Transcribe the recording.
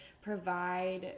provide